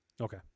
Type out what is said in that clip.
Okay